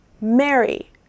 Mary